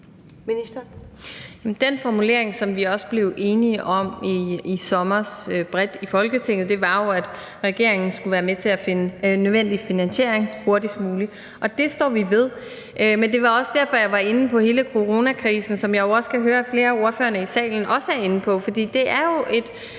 Den formulering, som vi i sommer også blev enige om bredt i Folketinget, var, at regeringen skulle være med til at finde nødvendig finansiering hurtigst muligt, og det står vi ved. Men det var også derfor, jeg var inde på hele coronakrisen, som jeg også kan høre at flere af ordførererne i salen er inde på,